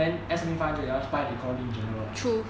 then S&P five hundred ah now they call in general ah